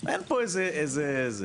אין פה איזו הפתעה,